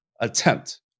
attempt